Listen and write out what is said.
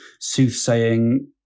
soothsaying